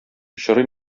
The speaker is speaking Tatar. очрый